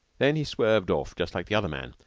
then he swerved off, just like the other man,